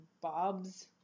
Bob's